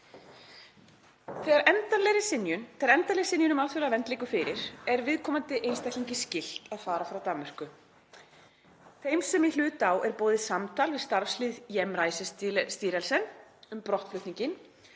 Þegar endanleg synjun um alþjóðlega vernd liggur fyrir er viðkomandi einstaklingi skylt að fara frá Danmörku. Þeim sem í hlut á er boðið samtal við starfslið Hjemrejsestyrelsen um brottflutninginn